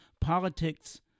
politics